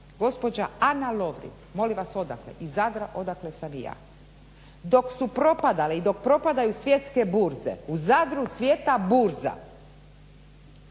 gospođa Ana Lovrin, molim vas odakle? Iz Zadra odakle sam i ja. Dok su propadali i dok propadaju svjetske burze u Zadru cvjeta burza